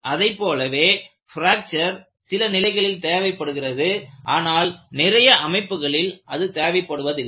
அதைப் போலவே பிராக்சர் சில நிலைகளில் தேவைப்படுகிறது ஆனால் நிறைய அமைப்புகளில் அது தேவைப்படுவதில்லை